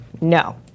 no